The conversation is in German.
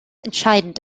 entscheidend